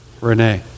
Renee